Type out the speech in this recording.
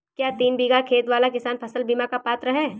क्या तीन बीघा खेत वाला किसान फसल बीमा का पात्र हैं?